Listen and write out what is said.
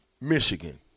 Michigan